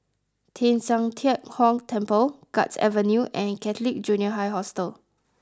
Teng San Tian Hock Temple Guards Avenue and Catholic Junior College Hostel